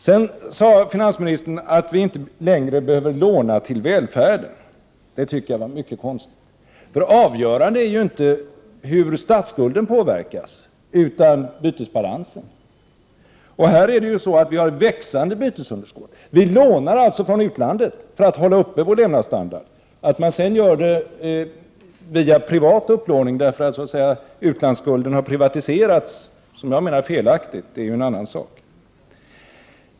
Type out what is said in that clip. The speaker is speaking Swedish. Sedan sade finansministern att vi inte längre behöver låna till välfärden, och det tycker jag var ett mycket konstigt uttalande. Avgörande är ju inte hur statsskulden påverkas utan hur bytesbalansen påverkas. Vi har ett växande bytesunderskott och lånar från utlandet för att upprätthålla vår levnadsstandard. Att man sedan gör det via privat upplåning, därför att utlandsskulden har privatiserats, på ett som jag anser felaktigt sätt, är en annan sak.